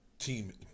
Team